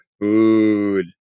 food